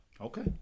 Okay